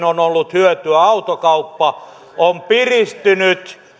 on ollut hyötyä autokauppa on piristynyt